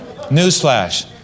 Newsflash